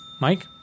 Mike